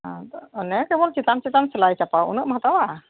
ᱟᱫᱚ ᱚᱱᱮ ᱠᱮᱵᱚᱞ ᱪᱮᱛᱟᱱ ᱪᱮᱛᱟᱱ ᱥᱮᱞᱟᱭ ᱪᱟᱯᱟᱣ ᱩᱱᱟᱹᱜ ᱮᱢ ᱦᱟᱛᱟᱣᱟ